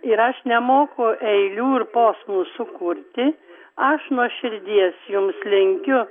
ir aš nemoku eilių ir posmų sukurti aš nuo širdies jums linkiu